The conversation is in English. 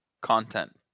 content